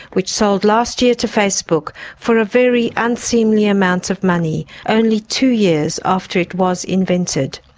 which sold last year to facebook for a very unseemly amount of money only two years after it was invented.